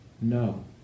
no